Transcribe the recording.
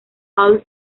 all